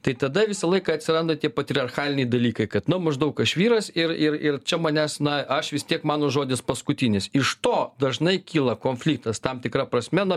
tai tada visą laiką atsiranda tie patriarchaliniai dalykai kad nu maždaug aš vyras ir ir ir čia manęs na aš vis tiek mano žodis paskutinis iš to dažnai kyla konfliktas tam tikra prasme na